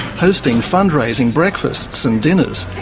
hosting fundraising breakfasts and dinners,